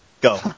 Go